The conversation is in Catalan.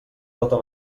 tota